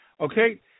okay